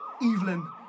Evelyn